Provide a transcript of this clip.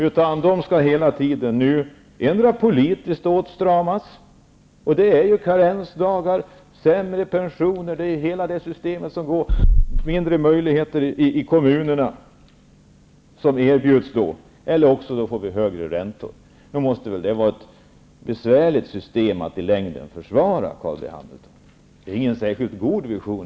Människorna skall i stället hela tiden antingen stramas åt politiskt -- karensdagar, sämre pensioner, försämringar i kommunerna -- eller också blir det högre räntor. Detta måste väl i längden vara ett besvärligt system att försvara, Carl B. Hamilton? Det är i så fall ingen särskilt god vision.